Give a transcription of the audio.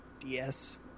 DS